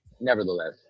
nevertheless